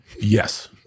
Yes